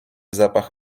zapach